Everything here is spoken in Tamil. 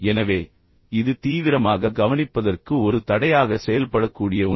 எனவே இது தீவிரமாக கவனிப்பதற்கு ஒரு தடையாக செயல்படக்கூடிய ஒன்று